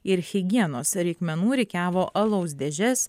ir higienos reikmenų rikiavo alaus dėžes